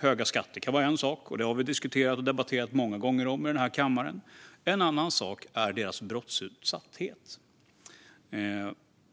Höga skatter kan vara en sak; det har vi diskuterat och debatterat många gånger i den här kammaren. En annan sak är deras brottsutsatthet.